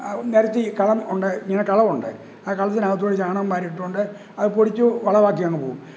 നിരത്തി കളം ഉണ്ട് ഇങ്ങനെ കളം ഉണ്ട് ആ കളത്തിനകത്തുകൂടി ചാണകം വാരിയിട്ടുകൊണ്ട് അത് പൊടിച്ച് വളം ആക്കി അങ്ങ് പോകും